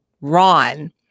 Ron